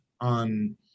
on